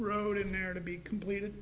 road in there to be completed